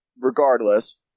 regardless